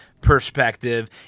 perspective